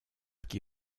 qui